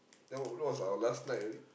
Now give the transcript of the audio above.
that was that was our last night I think